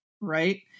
right